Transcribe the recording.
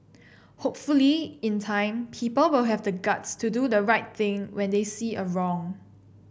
hopefully in time people will have the guts to do the right thing when they see a wrong